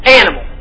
animal